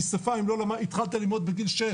כי שפה אם התחלת ללמוד בגיל 6,